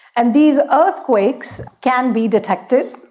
and these earthquakes can be detected,